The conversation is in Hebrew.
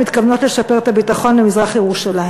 מתכוונות לשפר את הביטחון במזרח-ירושלים.